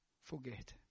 forget